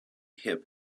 hip